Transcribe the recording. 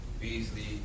Beasley